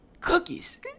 Cookies